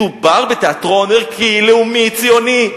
מדובר בתיאטרון ערכי, לאומי, ציוני.